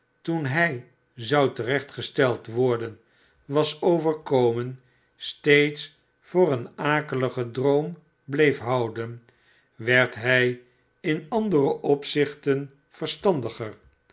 toen hij zou te recht gesteld worden was overkomen steeds voor een akeligen droom bleef houden werd hij in andere opzichten verstandiger